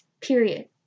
Period